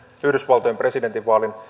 yhdysvaltojen presidentinvaalin